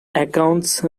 accounts